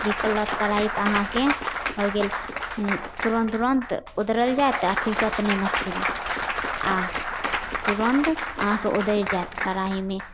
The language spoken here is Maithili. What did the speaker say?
धिकल रहत कड़ाही तऽ अहाँके होइ गेल तुरन्त तुरन्त उतरल जाएत आओर टुटत नहि मछरी आओर तुरन्त अहाँके ओदड़ि जाएत कड़ाहीमे